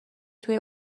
توی